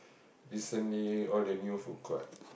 recently all the new food court